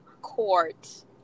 court